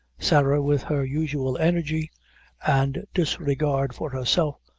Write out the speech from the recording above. sarah, with her usual energy and disregard for herself,